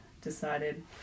decided